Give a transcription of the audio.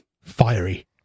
Fiery